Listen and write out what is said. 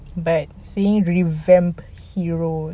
but since they revamp hero